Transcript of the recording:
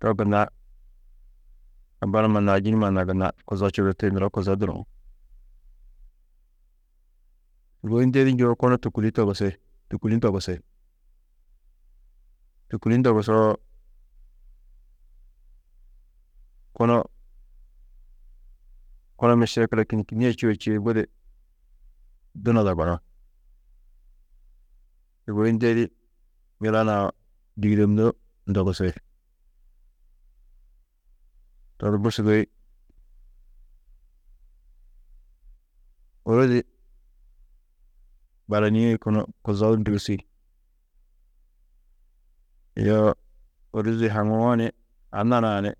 to gunna, abba numa na ayî numa na gunna kuzo čudurti, nuro kuzo duruú. Sûgoi ndedî njûwo kunu tûkuli togusi, tûkuli togusi. Tûkuli ndogusoo, kunu, kunu mešekila kînni, kînnie čûo čîidi, budi dunada gunú. Sûgoi ndedî, ŋila nuã dîgidemno ndogusi, to di bu sûgoi ôrozi baranîe kunu kuzo di ndûusi, yo ôrozi haŋuwo ni anna naa ni.